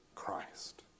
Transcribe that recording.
Christ